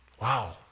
wow